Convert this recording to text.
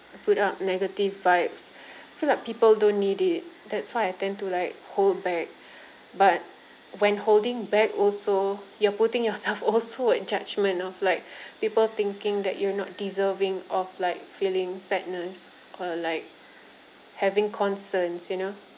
put up negative vibes I feel like people don't need it that's why I tend to like hold back but when holding back also you're putting yourself also at judgement of like people thinking that you're not deserving of like feeling sadness or like having concerns you know